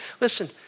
listen